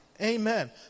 Amen